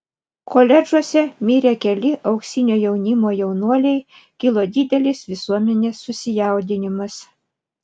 koledžuose mirė keli auksinio jaunimo jaunuoliai kilo didelis visuomenės susijaudinimas